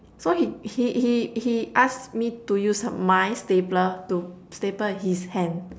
so he he he he asked me to use my stapler to staple his hand